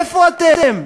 איפה אתם?